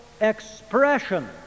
expression